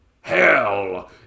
Hell